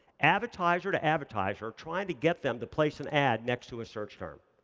advertiser to advertiser, trying to get them to place an ad next to a search term.